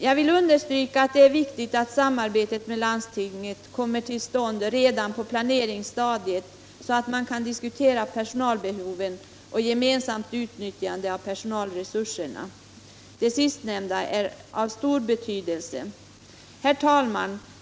Jag vill understryka att det är viktigt att samarbetet med landstingen kommer till stånd redan på planeringsstadiet, så att man då kan diskutera personalbehov och gemensamt utnyttjande av personalresurser. Det sistnämnda är av stor betydelse. Herr talman!